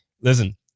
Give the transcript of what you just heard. Listen